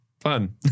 Fun